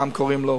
קוראים לו,